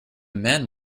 man